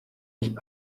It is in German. nicht